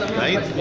right